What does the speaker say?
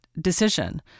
decision